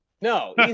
No